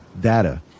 data